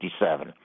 1957